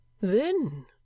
Then